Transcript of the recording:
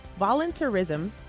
volunteerism